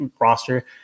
roster